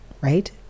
right